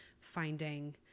finding